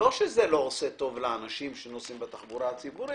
לא שזה לא עושה טוב לאנשים שנוסעים בתחבורה הציבורית,